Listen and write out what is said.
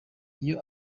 iyo